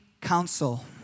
counsel